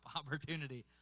opportunity